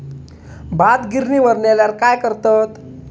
भात गिर्निवर नेल्यार काय करतत?